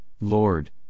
Lord